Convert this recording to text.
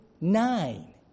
Nine